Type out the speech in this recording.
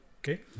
Okay